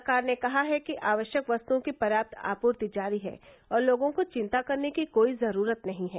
सरकार ने कहा है कि आवश्यक वस्तुओं को पर्यात आपूर्ति जारी है और लोगों को चिंता करने की कोई जरूरत नहीं है